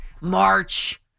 March